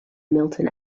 milton